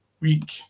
week